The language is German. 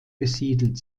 besiedelt